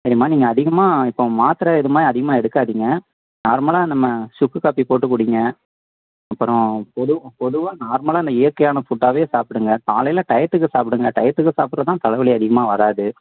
சரிம்மா நீங்கள் அதிகமாக இப்போ மாத்திர இது மாதிரி அதிகமாக எடுக்காதிங்க நார்மலாக நம்ம சுக்கு காஃபி போட்டு குடியுங்க அப்புறம் பொது பொதுவாக நார்மலாக இந்த இயற்கையான ஃபுட்டாகவே சாப்பிடுங்க காலையில் டையத்துக்கு சாப்பிடுங்க டையத்துக்கு சாப்பிட்றது தான் தலை வலி அதிகமாக வராது